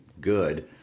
good